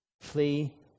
Flee